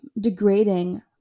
degrading